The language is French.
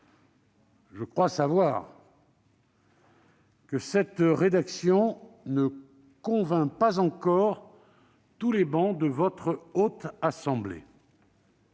Je crois savoir que cette rédaction ne convainc pas encore toutes les travées de la Haute Assemblée